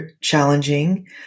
challenging